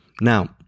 Now